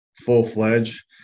full-fledged